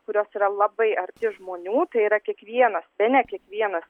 kurios yra labai arti žmonių tai yra kiekvienas bene kiekvienas